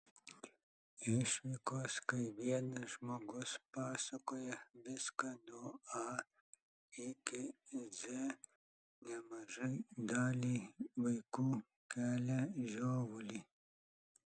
išvykos kai vienas žmogus pasakoja viską nuo a iki z nemažai daliai vaikų kelia žiovulį